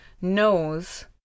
knows